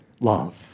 love